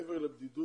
מעבר לבדידות